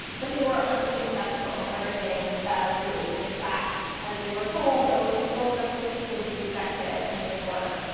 but they were unsuccessful in and ever getting that approved. in fact, as they were told, those those resolutions would be rejected, and they were.